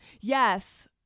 Yes